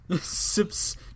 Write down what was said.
Sips